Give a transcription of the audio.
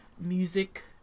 music